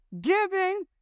Giving